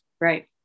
Right